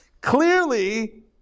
Clearly